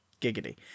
Giggity